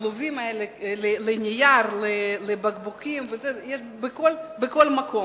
הכלובים האלה לנייר, לבקבוקים, יש בכל מקום,